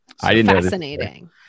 Fascinating